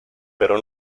pero